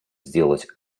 сделать